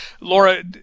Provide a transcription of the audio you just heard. laura